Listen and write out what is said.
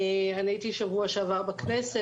אני הייתי בשבוע שעבר בכנסת,